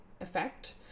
effect